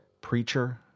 preacher